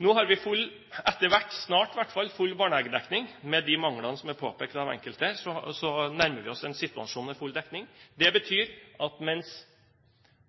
Nå har vi etter hvert snart full barnehagedekning. Med de manglene som er påpekt av enkelte her, nærmer vi oss en situasjon med full dekning. Det betyr at mens